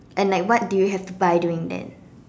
and like what do you have to buy during then